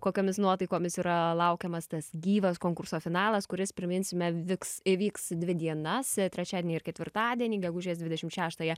kokiomis nuotaikomis yra laukiamas tas gyvas konkurso finalas kuris priminsime viks vyks dvi dienas trečiadienį ir ketvirtadienį gegužės dvidešim šeštąją